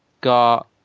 got